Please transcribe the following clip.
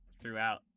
throughout